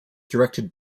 directed